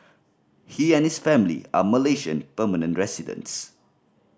he and his family are Malaysian permanent residents